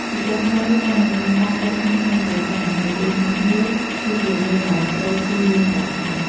ជាចុងក្រោយ ការមិនមានការទាស់គ្នាក្នុងគ្រួសារ នៅពេលមានភ្ញៀវ គឺជារឿងដែលត្រូវចៀសវាងដាច់ខាត។